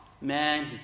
man